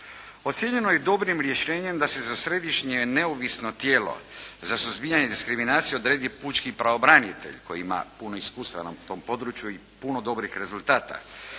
Ocijenjeno je dobrim rješenjem da se za središnje neovisno tijelo za suzbijanje diskriminacije odredi pučki pravobranitelj koji ima puno iskustava na tom području i puno dobrih rezultata,